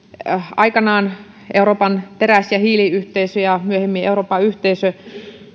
aikanaan euroopan teräs ja hiiliyhteisö ja myöhemmin euroopan yhteisö